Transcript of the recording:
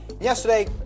Yesterday